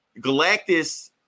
Galactus